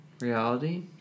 reality